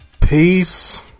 Peace